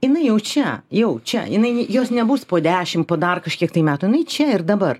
jinai jau čia jau čia jinai jos nebus po dešim po dar kažkiek tai metų jinai čia ir dabar